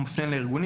נעבור להקראת החוק.